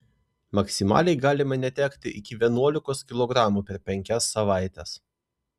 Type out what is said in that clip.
maksimaliai galima netekti iki vienuolikos kilogramų per penkias savaites